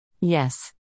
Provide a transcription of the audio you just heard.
Yes